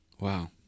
Wow